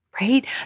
right